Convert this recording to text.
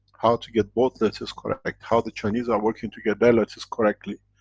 how to get both letters correct, how the chinese are working to get, their letters correctly,